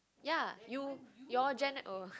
ya you your gene~ oh